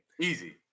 Easy